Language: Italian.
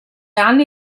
anni